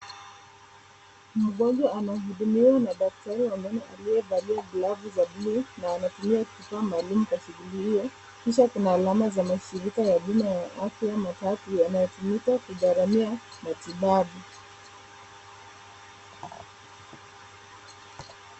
Mgonjwa anahudumiwa na daktari wa meno aliyevalia glavu za bluu na anatumia kifaa maalum katika shughuli hiyo. Kisha kuna alama za mashirika ya huduma ya afya matatu yanayotumika kugaramia matibabu.